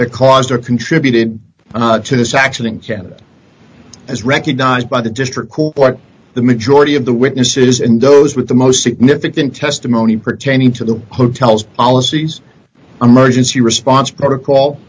that caused or contributed to this accident can it is recognized by the district court the majority of the witnesses and those with the most significant testimony pertaining to the hotel's policies m urgency response protocol